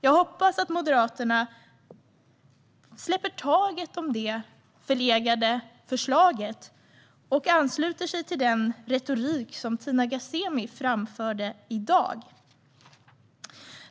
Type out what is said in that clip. Jag hoppas att Moderaterna släpper taget om det förlegade förslaget, herr talman, och ansluter sig till den retorik Tina Ghasemi framförde i dag.